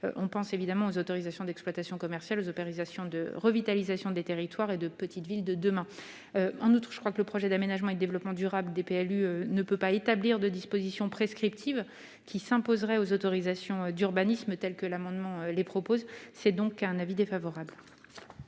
On pense évidemment aux autorisations d'exploitation commerciale, aux opérations de revitalisation des territoires et au programme Petites Villes de demain. Enfin, le projet d'aménagement et de développement durable des PLU ne peut pas établir de dispositions prescriptives qui s'imposeraient aux autorisations d'urbanisme, telles que les auteurs de l'amendement le proposent. Le Gouvernement est donc défavorable